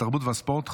התרבות והספורט,